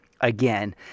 again